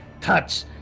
touch